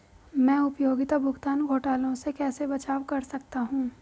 मैं उपयोगिता भुगतान घोटालों से कैसे बचाव कर सकता हूँ?